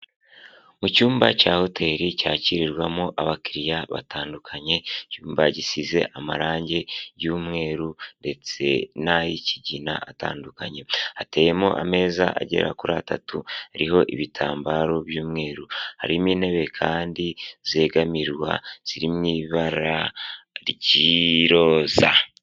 Mu cyumba cya hoteli cyakirirwamo abakiriya batandukanye, icyumba gisize amarangi y'umweru ndetse n'ay'ikigina atandukanye. Hateyemo ameza agera kuri atatu hariho ibitambaro by'umweru. Harimo intebe kandi zegamirwa ziri mu ibara ry'iroza.